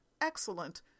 excellent